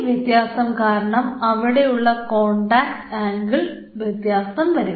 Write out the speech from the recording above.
ഈ വ്യത്യാസം കാരണം അവിടെയുള്ള കോൺടാക്ട് ആംഗിൾ വ്യത്യാസം വരും